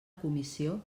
comissió